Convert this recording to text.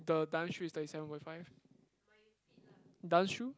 the dance shoe is thirty seven point five dance shoe